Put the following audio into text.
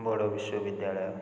ବଡ଼ ବିଶ୍ୱବିଦ୍ୟାଳୟ